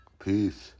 Peace